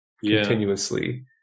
continuously